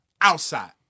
outside